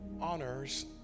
honors